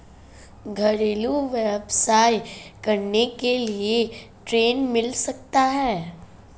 घरेलू व्यवसाय करने के लिए ऋण मिल सकता है?